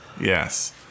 yes